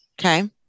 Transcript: okay